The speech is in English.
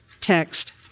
text